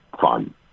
fun